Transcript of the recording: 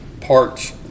parts